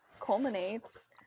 culminates